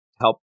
help